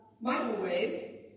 microwave